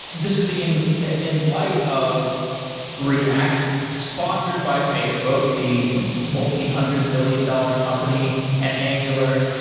this is in in light of react sponsored by facebook, the multi hundred billion dollar company and angular,